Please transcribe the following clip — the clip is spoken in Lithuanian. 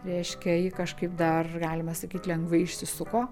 reiškia ji kažkaip dar galima sakyt lengvai išsisuko